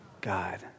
God